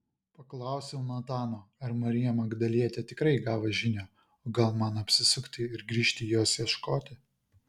paklausiau natano ar marija magdalietė tikrai gavo žinią o gal man apsisukti ir grįžt jos ieškoti